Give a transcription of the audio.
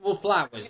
Flowers